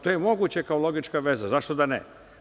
To je moguće kao logička veza, zašto da ne?